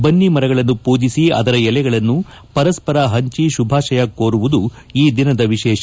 ಬನ್ನಿಮರಗಳನ್ನು ಪೂಜಿಸಿ ಅದರ ಎಲೆಗಳನ್ನು ಪರಸ್ಪರ ಪಂಚಿ ಶುಭಾಶಯ ಕೋರುವುದು ಈ ದಿನದ ವಿಶೇಷ